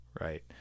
right